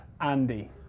Andy